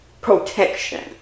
protection